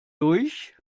durch